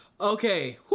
Okay